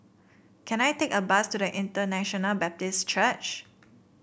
can I take a bus to International Baptist Church